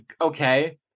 okay